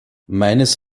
meines